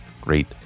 great